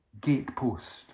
gatepost